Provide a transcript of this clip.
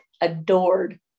adored